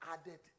added